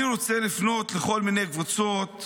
אני רוצה לפנות לכל מיני קבוצות